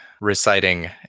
reciting